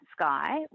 sky